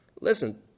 Listen